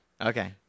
Okay